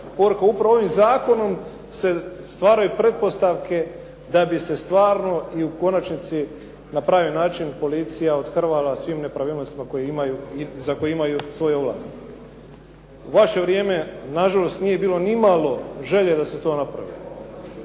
poruka, upravo ovim zakonom se stvaraju pretpostavke da bi se stvarno i u konačnici, na pravi način, policija othrvala svim nepravilnostima za koje imaju svoje ovlasti. U vaše vrijeme nažalost nije bilo nimalo želje da se to napravi.